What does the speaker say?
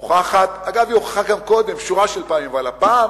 מוכחת, אגב היא הוכחה גם קודם כמה פעמים, אבל הפעם